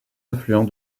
affluent